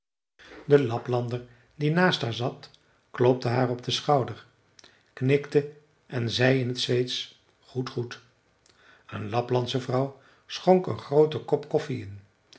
de laplander die naast haar zat klopte haar op den schouder knikte en zei in t zweedsch goed goed een laplandsche vrouw schonk een grooten kop koffie in